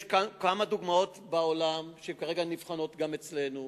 יש כמה דוגמאות בעולם שכרגע נבחנות גם אצלנו.